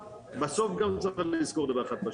לזכור דבר אחד פשוט: